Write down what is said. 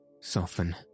soften